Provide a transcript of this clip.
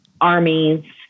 armies